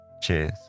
Cheers